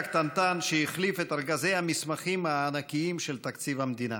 שהחליף את ארגזי המסמכים הענקיים של תקציב המדינה.